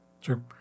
Sure